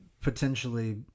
potentially –